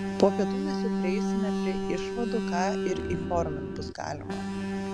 po pietų mes jau prieisime prie išvadų ką ir įformint bus galima